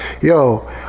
Yo